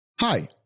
Hi